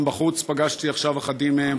בחוץ גם פגשתי עכשיו אחדים מהם.